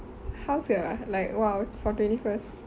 how sia like !wow! for twenty first